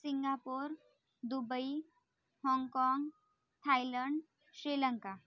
Singapore Dubai Hong Kong Thailand Sri Lanka